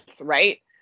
right